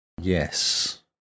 Yes